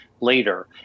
later